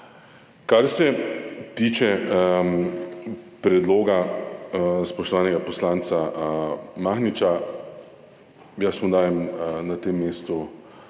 Kar se tiče predloga spoštovanega poslanca Mahniča, mu jaz dajem na tem mestu